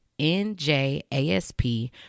njasp